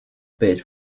bid